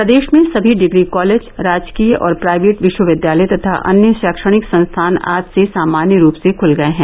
प्रदेश में सभी degree college राजकीय और प्राइवेट विश्वविद्यालय तथा अन्य शैक्षणिक संस्थान आज से सामान्य रूप से खुल गए हैं